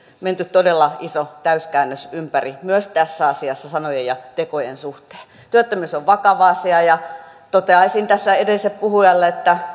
todella iso täyskäännös ympäri myös tässä asiassa sanojen ja tekojen suhteen työttömyys on vakava asia ja toteaisin tässä edelliselle puhujalle että